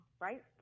Right